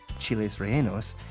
chiles rellenos,